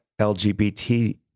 LGBT